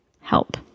Help